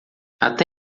até